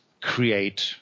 create